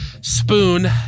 Spoon